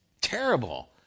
terrible